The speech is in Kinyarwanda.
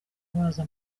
baza